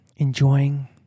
Enjoying